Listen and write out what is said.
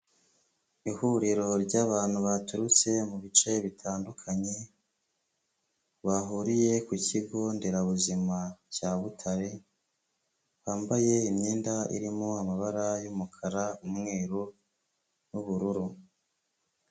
Ihuriro ry'abantu baturutse mu bice bitandukanye, bahuriye ku kigo nderabuzima cya Butare, bambaye imyenda irimo amabara y'umukara, umweru n'ubururu.